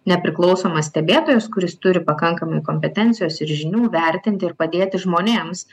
nepriklausomas stebėtojas kuris turi pakankamai kompetencijos ir žinių vertinti ir padėti žmonėms